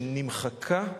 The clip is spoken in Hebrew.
שנמחקה במשך,